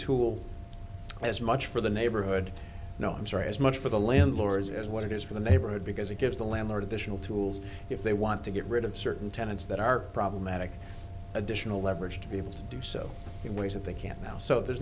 tool as much for the neighborhood no answer as much for the landlords as what it is for the neighborhood because it gives the landlord additional tools if they want to get rid of certain tenants that are problematic additional leverage to be able to do so in ways that they can't now so there's